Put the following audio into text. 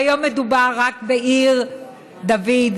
והיום מדובר רק בעיר דוד,